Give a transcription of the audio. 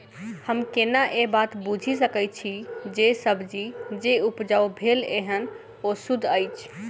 हम केना ए बात बुझी सकैत छी जे सब्जी जे उपजाउ भेल एहन ओ सुद्ध अछि?